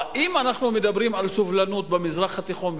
אם אנחנו מדברים על סובלנות במזרח התיכון,